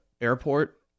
airport